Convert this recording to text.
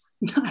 No